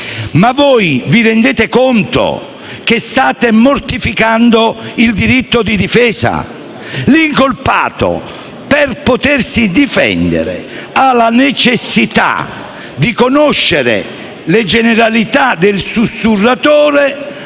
Ma vi rendete conto che state mortificando il diritto di difesa? Per potersi difendere, l'incolpato ha necessità di conoscere le generalità del sussurratore,